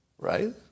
Right